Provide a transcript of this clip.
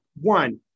One